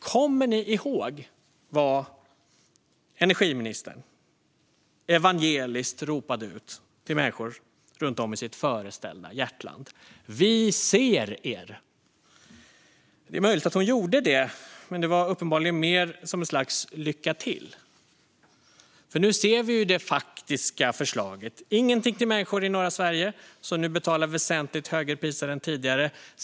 Kommer ni ihåg vad energiministern evangeliskt ropade ut till människor runt om i sitt föreställda hjärtland? "Vi ser er!" Det är möjligt att hon gjorde det, men det var uppenbarligen mer som ett slags lycka till. Nu ser vi det faktiska förslaget. Det blir ingenting till människor i norra Sverige, som nu betalar väsentligt högre priser än tidigare.